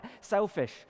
selfish